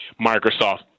Microsoft